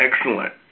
excellent